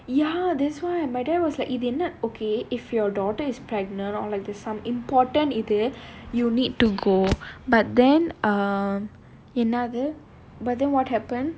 ya that's why my dad was like இது என்ன:idhu enna okay if your daughter is pregnant or like there's some important இது:idhu you need to go but then um another but then what happen